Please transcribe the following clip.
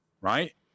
right